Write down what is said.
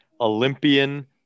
Olympian